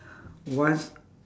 one